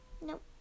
Nope